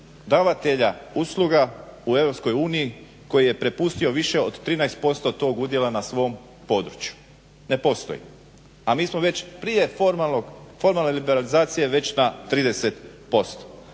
davatelja usluga u Europskoj uniji koji je prepustio više od 13% tog udjela na svom području. Ne postoji. A mi smo već prije formalne liberalizacije već na 30%.